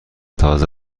تازه